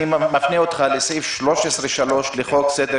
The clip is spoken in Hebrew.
אני מפנה אותך לסעיף 13(א)(3) לחוק סדר